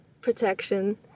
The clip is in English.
protection